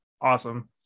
awesome